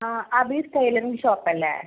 ആ അബീസ് tailoring shop അല്ലേ